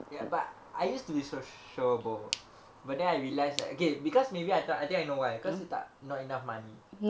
ya but I used to be sociable but then I realize like eh okay because maybe I tak I think I know why cause you tak you've not enough money